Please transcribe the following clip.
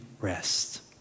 rest